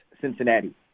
Cincinnati